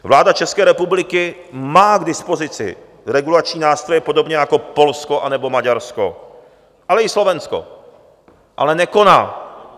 Vláda České republiky má k dispozici regulační nástroje podobně jako Polsko anebo Maďarsko, ale i Slovensko, ale nekoná.